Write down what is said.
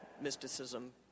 mysticism